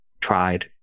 tried